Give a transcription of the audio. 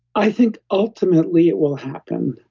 i think, ultimately, it will happen.